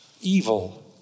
evil